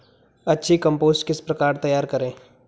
अच्छी कम्पोस्ट किस प्रकार तैयार करें?